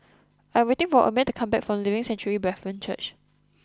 I am waiting for Omer to come back from Living Sanctuary Brethren Church